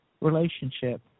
relationship